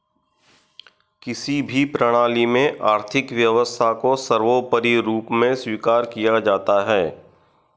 किसी भी प्रणाली में आर्थिक व्यवस्था को सर्वोपरी रूप में स्वीकार किया जाता है